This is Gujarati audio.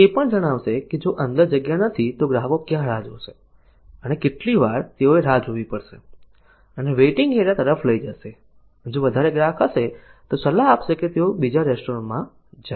તે એ પણ જણાવશે કે જો અંદર જગ્યા નથી તો ગ્રાહકો ક્યાં રાહ જોશે અને કેટલી વાર તેઓએ રાહ જોવી પડશે અને વેટિંગ એરિયા તરફ લઈ જશે અને જો વધારે ગ્રાહક હશે તો સલાહ આપશે કે તેઓ બીજા રેસ્ટોરન્ટ માં જાય